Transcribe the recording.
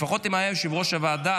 לפחות אם היה יושב-ראש הוועדה,